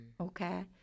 Okay